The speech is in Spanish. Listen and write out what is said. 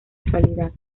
actualidad